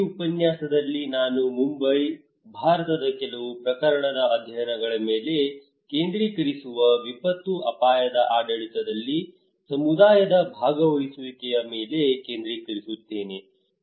ಈ ಉಪನ್ಯಾಸದಲ್ಲಿ ನಾನು ಮುಂಬೈ ಭಾರತದ ಕೆಲವು ಪ್ರಕರಣದ ಅಧ್ಯಯನಗಳ ಮೇಲೆ ಕೇಂದ್ರೀಕರಿಸುವ ವಿಪತ್ತು ಅಪಾಯದ ಆಡಳಿತದಲ್ಲಿ ಸಮುದಾಯದ ಭಾಗವಹಿಸುವಿಕೆಯ ಮೇಲೆ ಕೇಂದ್ರೀಕರಿಸುತ್ತೇನೆ